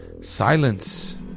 Silence